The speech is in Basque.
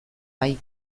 bai